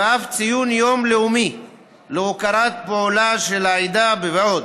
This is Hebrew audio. ציון יום לאומי להוקרת פועלה של העדה ועוד,